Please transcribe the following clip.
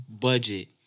Budget